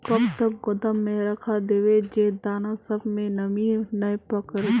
कब तक गोदाम में रख देबे जे दाना सब में नमी नय पकड़ते?